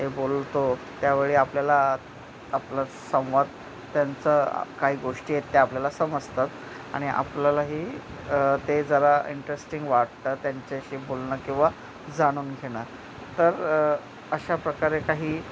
ते बोलतो त्यावेळी आपल्याला आपलं संवाद त्यांचं काही गोष्टी आहेत ते आपल्याला समजतात आणि आपल्यालाही ते जरा इंटरेस्टिंग वाटतं त्यांच्याशी बोलणं किंवा जाणून घेणं तर अशा प्रकारे काही